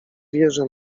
wierzę